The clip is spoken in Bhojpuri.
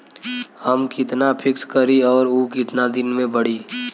हम कितना फिक्स करी और ऊ कितना दिन में बड़ी?